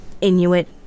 Inuit